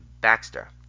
Baxter